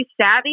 savvy